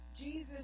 Jesus